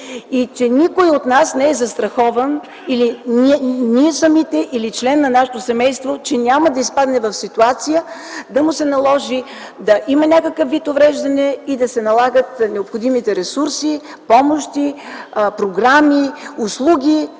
Никой от нас не е застрахован, или член на нашето семейство, че няма да изпадне в ситуация да има някакъв вид увреждане и да му се налагат необходимите ресурси, помощи, програми, услуги,